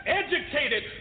educated